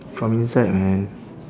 from inside man